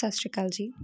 ਸਤਿ ਸ਼੍ਰੀ ਅਕਾਲ ਜੀ